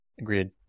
Agreed